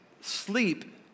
sleep